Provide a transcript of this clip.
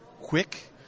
quick